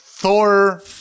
Thor